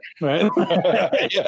right